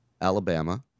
Alabama